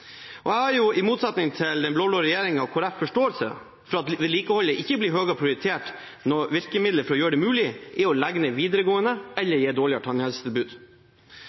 endringene. Jeg har i motsetning til den blå-blå regjeringen og Kristelig Folkeparti, forståelse for at vedlikeholdet ikke blir høyere prioritert, når virkemiddelet for å gjøre det mulig er å legge ned videregående skoler eller gi et dårligere tannhelsetilbud.